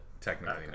Technically